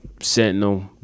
sentinel